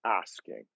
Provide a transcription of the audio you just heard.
asking